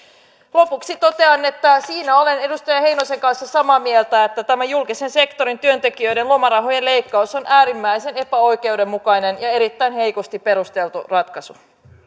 lopuksi totean että siinä olen edustaja heinosen kanssa samaa mieltä että tämä julkisen sektorin työntekijöiden lomarahojen leikkaus on äärimmäisen epäoikeudenmukainen ja erittäin heikosti perusteltu ratkaisu